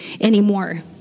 anymore